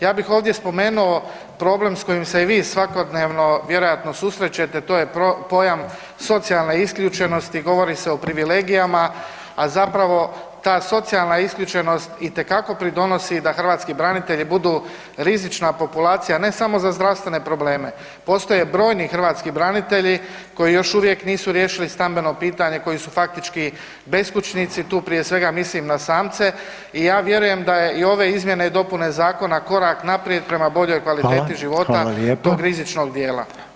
Ja bih ovdje spomenuo problem s kojim se i vi svakodnevno vjerojatno susrećete, to je pojam „socijalne isključenosti“, govori se o privilegijama, a zapravo ta socijalna isključenost itekako pridonosi da hrvatski branitelji budu rizična populacija ne samo za zdravstvene probleme, postoje brojni hrvatski branitelji koji još uvijek nisu riješili stambeno pitanje, koji su faktički beskućnici, tu prije svega mislim na samce i ja vjerujem da je i ove izmjene i dopune zakona korak naprijed prema boljoj kvaliteti života tog rizičnog dijela.